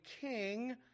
king